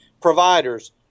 providers